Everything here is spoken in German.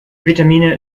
vitamine